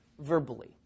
verbally